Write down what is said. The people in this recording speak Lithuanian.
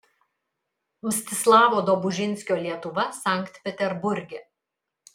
mstislavo dobužinskio lietuva sankt peterburge